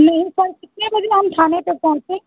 नहीं सर कितने बजे हम थाने पर पहुँचे